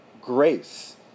grace